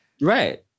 Right